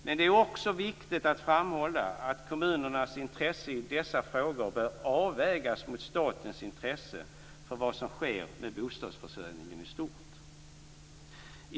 Men det är också viktigt att framhålla att kommunernas intresse i dessa frågor bör avvägas mot statens intresse för vad som sker med bostadsförsörjningen i stort.